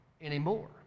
anymore